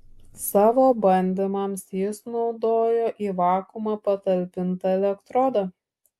savo bandymams jis naudojo į vakuumą patalpintą elektrodą